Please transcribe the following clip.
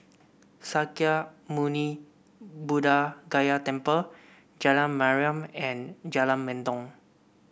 Sakya Muni Buddha Gaya Temple Jalan Mariam and Jalan Mendong